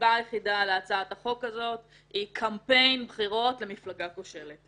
הסיבה היחידה להצעת החוק הזאת היא קמפיין בחירות למפלגה כושלת.